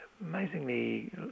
amazingly